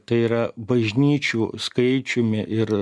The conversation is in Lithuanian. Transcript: tai yra bažnyčių skaičiumi ir